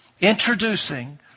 introducing